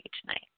tonight